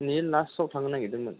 लास्टआव थांनो नागिरदोंमोन